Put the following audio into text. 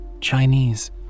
Chinese